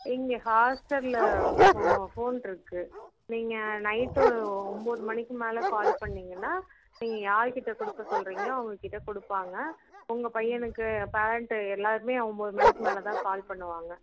இங்கே ஹாஸ்டலில் ஃபோனிருக்கு நீங்கள் நைட்டு ஒம்போது மணிக்கு மேலே கால் பண்ணிங்கன்னா நீங்கள் யாருக்கிட்டே கொடுக்க சொல்கிறிங்களோ அவங்கக்கிட்ட கொடுப்பாங்க உங்கள் பையனுக்கு பேரண்ட்டு எல்லோருக்குமே ஒம்போது மணிக்கு மேலே தான் கால் பண்ணுவாங்க